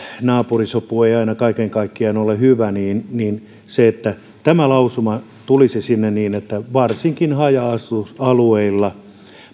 naapurisopu ei aina kaiken kaikkiaan ole hyvä niin niin se että tämä lausuma tulisi sinne olisi tärkeää niin että varsinkin haja asutusalueilla